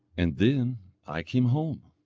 and then i came home.